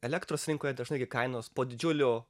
elektros rinkoje dažnai gi kainos po didžiulių